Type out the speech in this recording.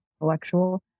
intellectual